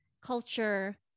culture